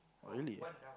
!wow! really